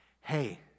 hey